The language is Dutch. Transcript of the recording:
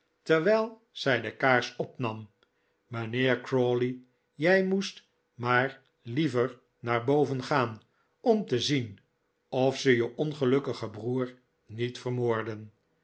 terwijl zij de kaars opnam mijnheer crawley jij moest maar liever naar boven gaan om te zien of ze je ongelukkigen broer niet vermoorden